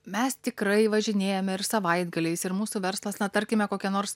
mes tikrai važinėjame ir savaitgaliais ir mūsų verslas na tarkime kokia nors